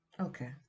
Okay